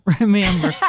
remember